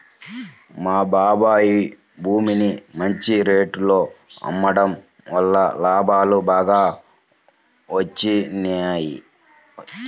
మా బాబాయ్ భూమిని మంచి రేటులో అమ్మడం వల్ల లాభాలు బాగా వచ్చినియ్యి